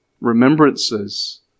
remembrances